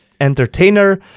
entertainer